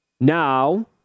Now